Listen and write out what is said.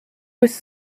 was